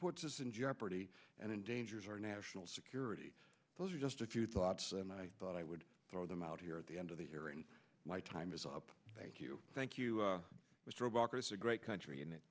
puts us in jeopardy and endangers our national security those are just a few thoughts and i thought i would throw them out here at the end of the hearing my time is up thank you thank you mr obama is a great country